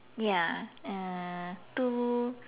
ya uh two